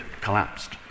collapsed